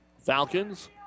Falcons